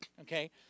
okay